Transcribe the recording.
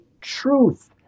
truth